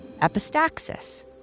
epistaxis